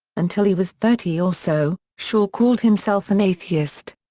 until he was thirty or so, shaw called himself an atheist.